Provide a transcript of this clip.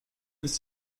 ist